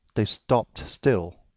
they stopped still.